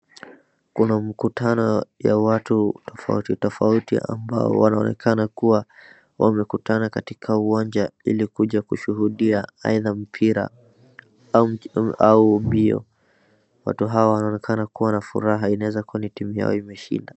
Kuna mkutano ya watu tofauti tofauti ambao wanaonekana kuwa wamekutana katika uwanja ili kuja kushuhudia aidha mpira au mbio. Watu hawa wanaonekana kuwa na furaha inaeza kuwa ni timu yao imeshinda.